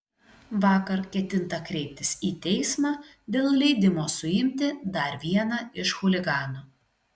vakar ketinta kreiptis į teismą dėl leidimo suimti dar vieną iš chuliganų